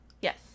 Yes